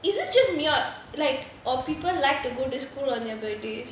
is it just me or like or people like to go to school on their birthdays